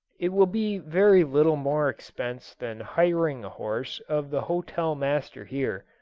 it will be very little more expense than hiring a horse of the hotel-master here,